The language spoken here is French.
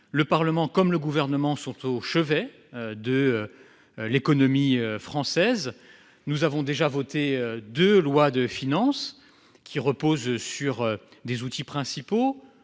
Le Parlement comme le Gouvernement sont au chevet de l'économie française. Nous avons déjà voté deux lois de finances rectificatives, qui reposent sur des outils principaux